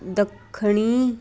ਦੱਖਣੀ